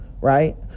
right